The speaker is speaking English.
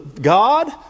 God